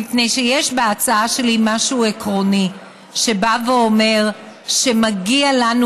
מפני שיש בהצעה שלי משהו עקרוני שבא ואומר שמגיע לנו,